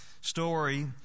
story